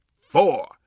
four